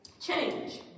change